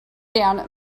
down